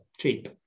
cheap